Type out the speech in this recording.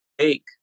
take